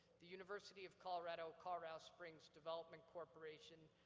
the university of colorado colorado springs development corporation,